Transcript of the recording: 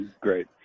Great